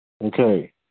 Okay